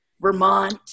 Vermont